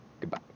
goodbye